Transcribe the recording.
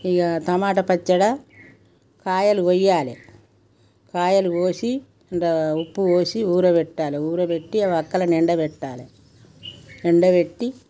ఇక టమోటా పచ్చడి కాయలు కొయ్యాలే కాయలు కోసి కొంత ఉప్పు పోసి ఊరబెట్టాలి ఊరబెట్టి ఒక్కలను ఎండబెట్టాలి ఎండబెట్టి